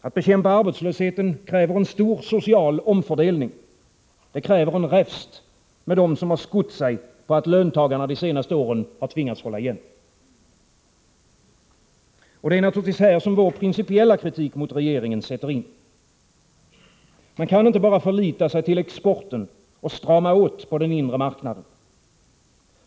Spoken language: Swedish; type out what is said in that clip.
Att bekämpa arbetslösheten kräver en stor social omfördelning, det kräver räfst med dem som har skott sig på att löntagarna de senaste åren har tvingats att hålla igen. Det är naturligtvis här som vår principiella kritik mot regeringen sätter in. Man kan inte bara förlita sig på exporten och strama åt på den inre marknaden.